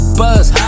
buzz